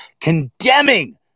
condemning